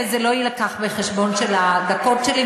וזה לא יילקח בחשבון של הדקות שלי,